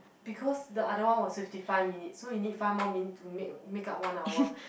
because the other one was fifty five minutes so you need five more minute to make make up one hour